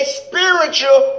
spiritual